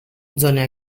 zone